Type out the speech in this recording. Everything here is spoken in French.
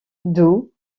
doux